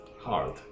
Hard